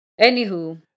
Anywho